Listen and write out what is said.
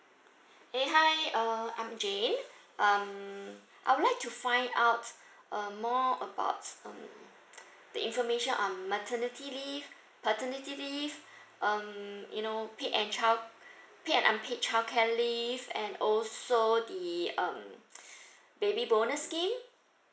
!hey! hi uh I'm jane um I would like to find out uh more about um the information on maternity leave paternity leave um you know paid and child paid and unpaid childcare leave and also the um baby bonus scheme